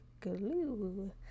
glue